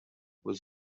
was